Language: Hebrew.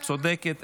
צודקת.